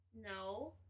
No